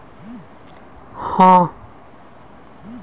किशमिश अधिकतर ग्लूकोस और फ़्रूक्टोस के रूप में होता है